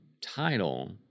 title